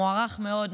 המוערך מאוד,